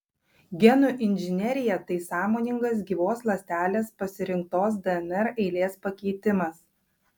genų inžinerija tai sąmoningas gyvos ląstelės pasirinktos dnr eilės pakeitimas